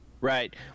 Right